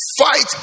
Fight